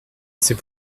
c’est